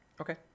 Okay